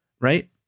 right